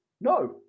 no